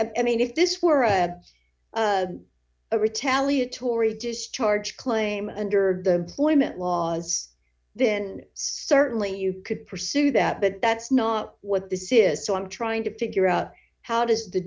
e i mean if this were a a retaliatory discharge claim under the toyman laws then certainly you could pursue that but that's not what this is so i'm trying to figure out how does the